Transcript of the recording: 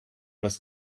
was